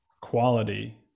quality